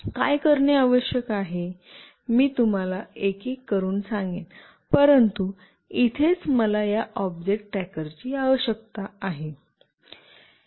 काय करणे आवश्यक आहे मी तुम्हाला एकेक करून सांगेन परंतु इथेच मला या ऑब्जेक्ट ट्रॅकरची आवश्यकता आहे